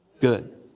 good